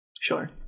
sure